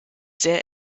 sehr